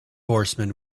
horsemen